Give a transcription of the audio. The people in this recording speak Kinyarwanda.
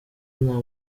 nta